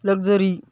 luxury